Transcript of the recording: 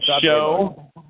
show